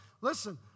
listen